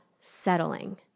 settling